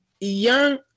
Young